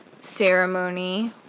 ceremony